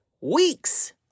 weeks